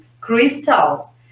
Crystal